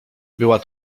była